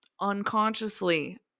unconsciously